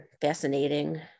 fascinating